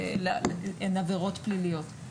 הן עבירות פליליות.